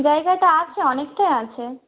জায়গাটা আছে অনেকটাই আছে